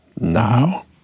now